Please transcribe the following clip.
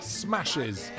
smashes